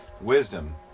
Wisdom